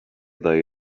they